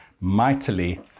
mightily